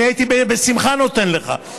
אני הייתי בשמחה נותן לך.